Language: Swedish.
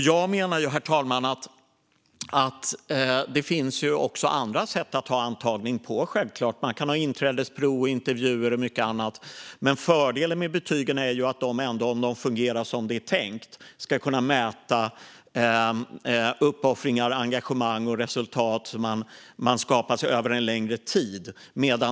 Jag menar, herr talman, att det självklart finns även andra sätt att ha antagning på. Man kan ha inträdesprov, intervjuer och mycket annat. Fördelen med betygen är att de, om de fungerar som det är tänkt, ska kunna mäta uppoffringar, engagemang och resultat över en längre tid.